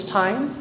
time